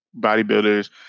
bodybuilders